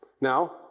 Now